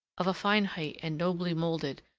of a fine height and nobly moulded,